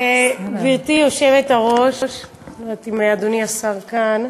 גברתי היושבת-ראש, אני לא יודעת אם אדוני השר כאן,